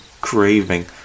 craving